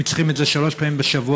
אם צריכים את זה שלוש פעמים בשבוע,